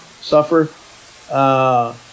suffer